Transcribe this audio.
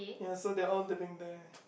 ya so they all living there